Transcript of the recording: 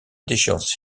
déchéance